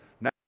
Now